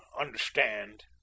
understand